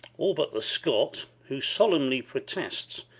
all but the scot, who solemnly protests,